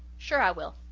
sure i will,